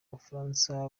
bufaransa